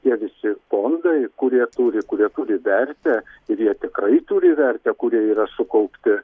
tie visi fondai kurie turi kurie turi vertę ir jie tikrai turi vertę kurie yra sukaupti